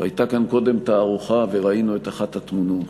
והייתה כאן קודם תערוכה וראינו את אחת התמונות: